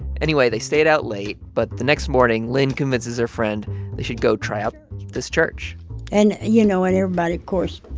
anyway, they stayed out late. but the next morning, lyn convinces her friend they should go try out this church and, you know, and everybody, of course,